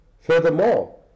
Furthermore